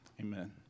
Amen